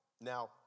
Now